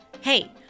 Hey